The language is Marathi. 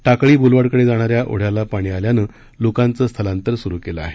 टाकळी बोलवाडकडे जाणाऱ्या ओढ्याला पाणी आल्यानं लोकांचं स्थलांतर सुरू केलं आहे